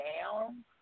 down